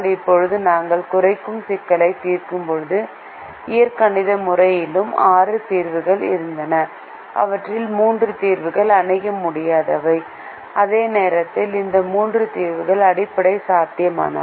இப்போது நாங்கள் குறைக்கும் சிக்கலைத் தீர்க்கும்போது இயற்கணித முறையிலும் ஆறு தீர்வுகள் இருந்தன அவற்றில் மூன்று தீர்வுகள் அணுக முடியாதவை அதே நேரத்தில் இந்த மூன்று தீர்வுகள் அடிப்படை சாத்தியமானவை